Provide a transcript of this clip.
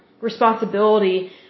responsibility